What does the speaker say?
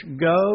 go